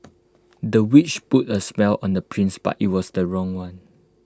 the witch put A spell on the prince but IT was the wrong one